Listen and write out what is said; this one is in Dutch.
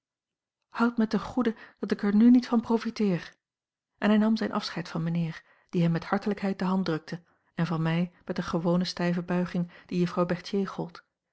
houd mij ten goede dat ik er nu niet van profiteer en hij nam zijn afscheid van mijnheer die hem met hartelijkheid de hand drukte en van mij met de gewone stijve buiging die juffrouw berthier gold